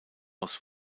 aus